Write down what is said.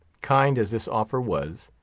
kind as this offer was,